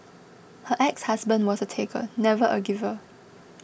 her exhusband was a taker never a giver